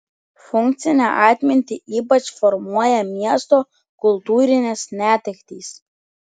funkcinę atmintį ypač formuoja miesto kultūrinės netektys